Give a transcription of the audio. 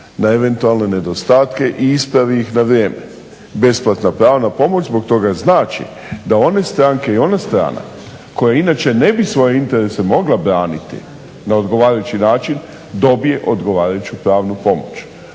na eventualne nedostatke i ispravi ih na vrijeme. Besplatna pravna pomoć zbog toga znači da one stranke i ona strana koja inače ne bi svoje interese mogla braniti na odgovarajući način dobije odgovarajuću pravnu pomoć.